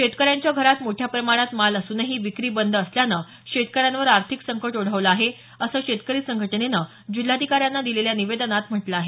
शेतकऱ्यांच्या घरात मोठ्या प्रमाणात माल असूनही विक्री बंद असल्यानं शेतकऱ्यांवर आर्थिक संकट ओढवलं आहे असं शेतकरी संघटनेनं जिल्हाधिकाऱ्यांना दिलेल्या निवेदनात म्हटलं आहे